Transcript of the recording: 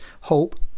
hope